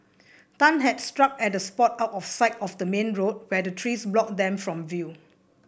tan had struck at a spot out of sight of the main road where the trees blocked them from view